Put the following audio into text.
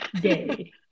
day